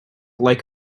like